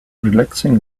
relaxing